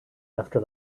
after